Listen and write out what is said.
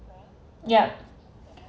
yeah